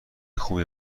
خوبیه